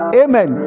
amen